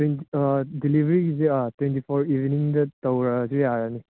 ꯗꯤꯂꯤꯕꯔꯤꯒꯤꯁꯦ twenty four ꯏꯕꯤꯅꯤꯡꯗ ꯇꯧꯔꯛꯑꯁꯨ ꯌꯥꯔꯅꯤ